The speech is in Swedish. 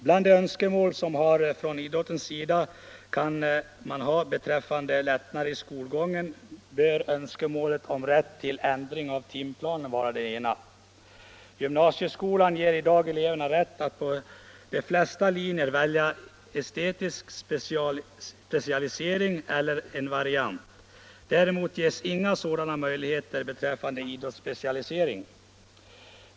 Bland de önskemål som man från idrottens sida kan ha beträffande lättnader i skolgången bör önskemålet om rätt till ändring av timplanerna vara det ena. Gymnasieskolan ger i dag eleverna rätt att på de flesta linjer välja estetisk specialisering eller en variant. Däremot ges inga sådana möjligheter beträffande idrottsspecialisering.